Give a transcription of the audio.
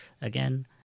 again